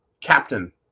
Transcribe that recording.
captain